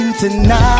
Tonight